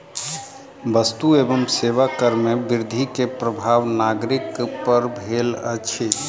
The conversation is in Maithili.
वस्तु एवं सेवा कर में वृद्धि के प्रभाव नागरिक पर भेल अछि